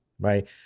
Right